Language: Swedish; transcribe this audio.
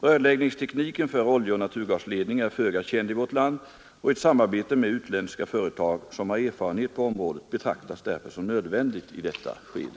Rörläggningstekniken för oljeoch naturgasledningar är föga känd i vårt land, och ett samarbete med utländska företag som har erfarenhet på området betraktas därför som nödvändigt i detta skede.